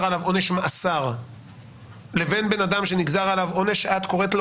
עליו עונש מאסר לבין בן אדם שנגזר עליו עונש שאת קוראת לו